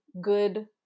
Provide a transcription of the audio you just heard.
good